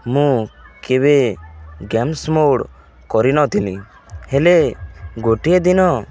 ମୁଁ କେବେ games mode କରିନଥିଲି ହେଲେ ଗୋଟିଏ ଦିନ